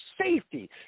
safety